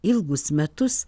ilgus metus